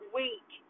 week